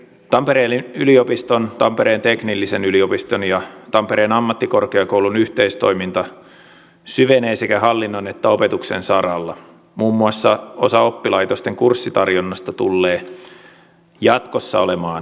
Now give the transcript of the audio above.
tampereen yliopiston tampereen teknillisen yliopiston ja tampereen ammattikorkeakoulun yhteistoiminta syvenee sekä hallinnon että opetuksen saralla muun muassa osa oppilaitosten kurssitarjonnasta tullee jatkossa olemaan yhteistä